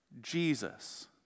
Jesus